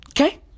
Okay